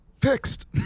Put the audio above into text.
Fixed